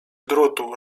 drutu